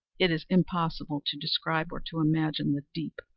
it is impossible to describe, or to imagine, the deep,